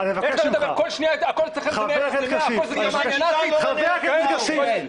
חבר הכנסת כסיף,